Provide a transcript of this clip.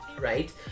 Right